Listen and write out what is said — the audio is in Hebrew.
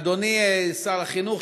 אדוני שר החינוך,